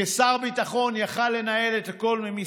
כשר ביטחון היה יכול